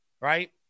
right